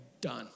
done